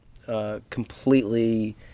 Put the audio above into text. Completely